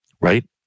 right